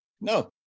no